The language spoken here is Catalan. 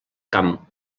camp